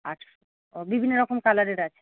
আচ্ছা ও বিভিন্ন রকমের কালারের আছে